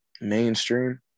mainstream